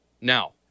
now